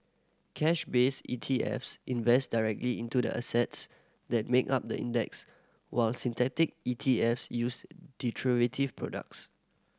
cash based E T Fs invest directly into the assets that make up the index while synthetic E T Fs use derivative products